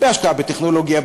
בהשקעה בטכנולוגיה,